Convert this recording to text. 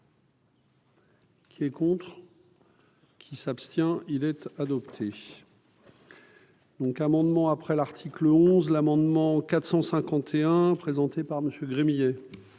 Qui est contre qui s'abstient-il être adopté. Donc, amendement après l'article onze l'amendement 451 présenté par Monsieur Gremillet.